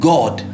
God